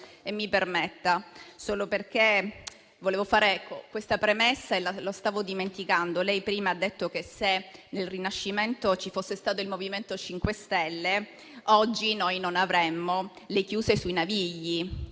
Mi permetta di fare una premessa che stavo dimenticando: lei prima ha detto che, se nel Rinascimento ci fosse stato il MoVimento 5 Stelle, oggi noi non avremmo le chiuse sui Navigli;